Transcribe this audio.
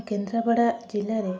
କେନ୍ଦ୍ରାପଡ଼ା ଜିଲ୍ଲାରେ